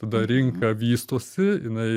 tada rinka vystosi jinai